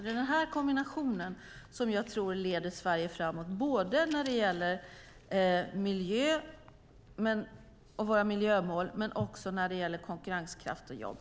Det är den kombinationen som leder Sverige framåt både när det gäller miljö och våra miljömål men också när det gäller konkurrenskraft och jobb.